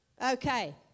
Okay